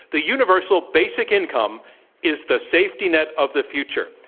the universal basic income is the safety net of the future.